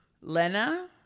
Lena